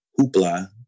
hoopla